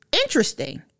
interesting